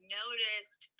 noticed